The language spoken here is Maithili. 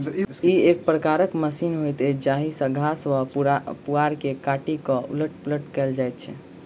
ई एक प्रकारक मशीन होइत अछि जाहि सॅ घास वा पुआर के काटि क उलट पुलट कयल जाइत छै